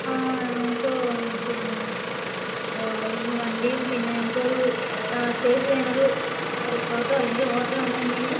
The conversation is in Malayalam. ആ ഞങ്ങൾക്ക് പിന്നെ ഒരു വണ്ടിയും പിന്നെ ഞങ്ങൾക്ക് ഒരു സ്റ്റേ ചെയ്യാനൊരു റിസോർട്ടോ അല്ലെങ്കിൽ ഹോട്ടലോ അങ്ങനെ എന്തെങ്കിലും